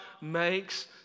makes